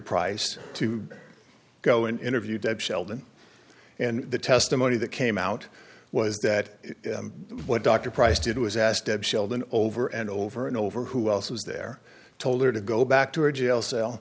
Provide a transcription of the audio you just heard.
price to go and interview that sheldon and the testimony that came out was that what dr price did was asked to sheldon over and over and over who else was there told her to go back to her jail cell